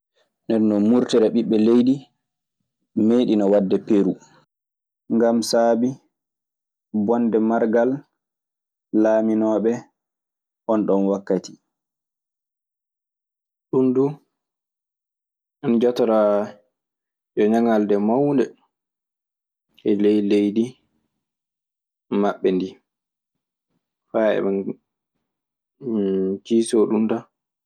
Ndenon mutere ɓiɓee leydi, meɗinon wade peru. Ngam saabii bonde margal laaminoo ɓe oon ɗoon wakkati. Ɗun du ana jatoraa yo ñaŋalde mawnde e ley leydi maɓɓe ndii faa eɓe kiisoo ɗun tan.